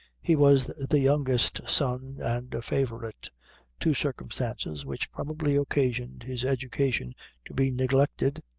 he was the youngest son and a favorite two circumstances which probably occasioned his education to be neglected,